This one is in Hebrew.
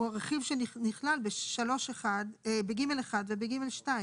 הוא הרכיב שנחלל ב-ג(1) וב-ג(2).